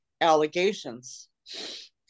allegations